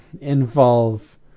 involve